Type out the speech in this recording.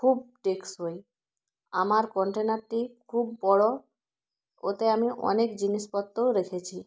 খুব টেকসই আমার কন্টেনারটি খুব বড়ো ওতে আমি অনেক জিনিসপত্রও রেখেছি